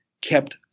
kept